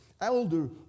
elder